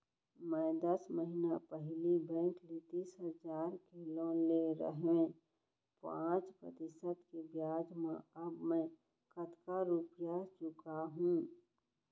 मैं दस महिना पहिली बैंक ले तीस हजार के लोन ले रहेंव पाँच प्रतिशत के ब्याज म अब मैं कतका रुपिया चुका हूँ?